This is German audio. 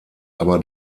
aber